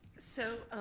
so,